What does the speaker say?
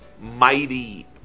mighty